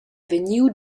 vegniu